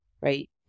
right